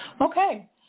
Okay